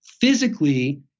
physically